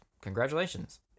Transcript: congratulations